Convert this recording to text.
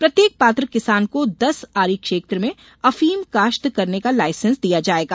प्रत्येक पात्र किसान को दस आरी क्षेत्र में अफीम काश्त करने का लायसेन्स दिया जाएगा